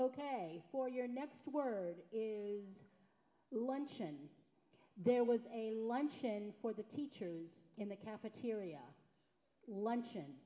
ok for your next word is lunch and there was a luncheon for the teachers in the cafeteria luncheon